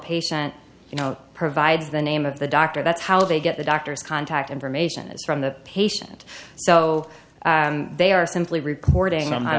patient you know provides the name of the doctor that's how they get the doctor's contact information from the patient so they are simply reporting on my